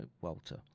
walter